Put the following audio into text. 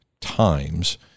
times